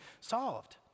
solved